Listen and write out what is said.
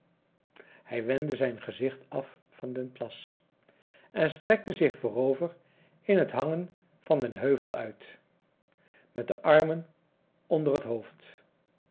hij wendde zijn gezicht af van den plas en strekte zich voorover in het hangen van den heuvel uit met de armen onder het hoofd